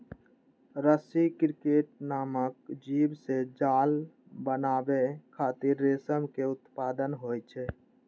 रसी क्रिकेट नामक जीव सं जाल बनाबै खातिर रेशम के उत्पादन होइ छै